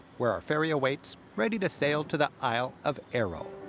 where our ferry awaits, ready to sail to the isle of aero.